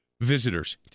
visitors